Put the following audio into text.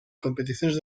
competiciones